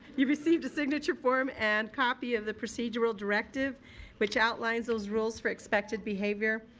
you received a signature form and copy of the procedural directive which outlines those rules for expected behavior.